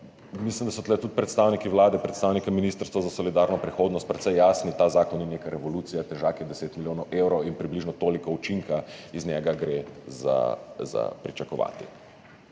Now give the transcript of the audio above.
Mislim, da so tu tudi predstavniki Vlade, predstavniki Ministrstva za solidarno prihodnost precej jasni – ta zakon ni neka revolucija, težak je 10 milijonov evrov in približno toliko učinka gre pričakovati